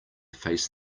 face